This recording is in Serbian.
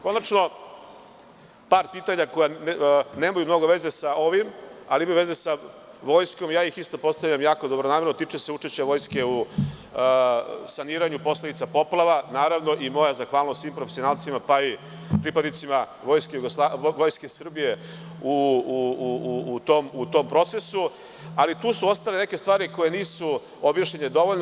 Konačno par pitanja, koja nemaju mnogo veze sa ovim, ali imaju veze sa vojskom i ja ih postavljam dobronamerno, a tiče se učešća vojske u saniranju posledica poplava i moja zahvalnost svim profesionalcima, pa i pripadnicima Vojske Srbije u tom procesu, ali tu su ostale neke stvari koje nisu objašnjene dovoljno.